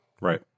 Right